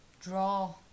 draw